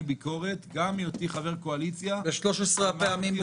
ביקורת גם היותי חבר קואליציה לא מנע ממני לומר ביקורת.